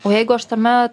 o jeigu aš tame